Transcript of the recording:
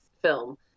film